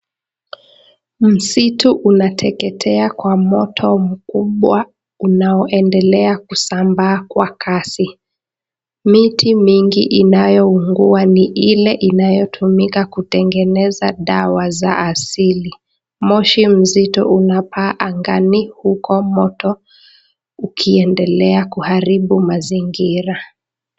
Msitu unateketea kwa moto mkubwa unaoendelea kusambaa kwa kasi. Miti mingi inayoungua ni ile inayotumika kutengeneza dawa za asili. Moshi mzito unapaa angani huko moto ukiendelea kuharibu mazingira.